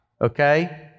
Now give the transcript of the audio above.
okay